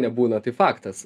nebūna tai faktas